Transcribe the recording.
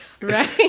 Right